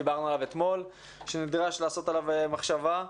דיברנו אתמול שנדרש לתת עליו מחשבה.